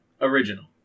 Original